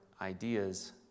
ideas